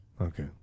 Okay